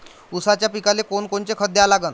ऊसाच्या पिकाले कोनकोनचं खत द्या लागन?